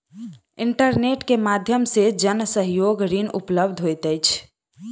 internet के माध्यम से जन सहयोग ऋण उपलब्ध होइत अछि